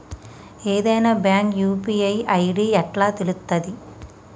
ఏదైనా bank UPI ID ఎట్లా తెలుత్తది?